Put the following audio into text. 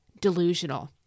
delusional